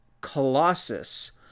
Colossus